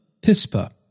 Pispa